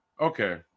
okay